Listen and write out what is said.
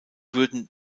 würden